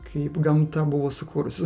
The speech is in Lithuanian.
kaip gamta buvo sukūrusi